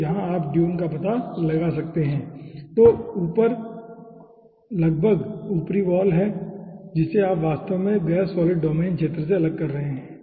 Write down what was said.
तो यहां आप ड्यून का पता लगा सकते हैं जो लगभग ऊपरी वाल पर है जिसे आप वास्तव में गैस सॉलिड डोमेन क्षेत्र से अलग कर रहे हैं